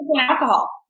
alcohol